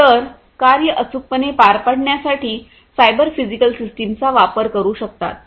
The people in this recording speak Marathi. तर कार्य अचूकपणे पार पाडण्यासाठी सायबर फिजिकल सिस्टमचा वापर करू शकतात